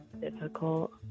difficult